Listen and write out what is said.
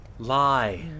Lie